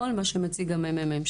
כל מה שמציג המ.מ.מ,